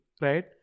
right